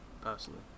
personally